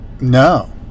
no